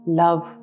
love